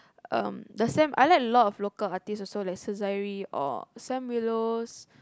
um the Sam I like a lot of local artists like Sezairi or Sam-Willows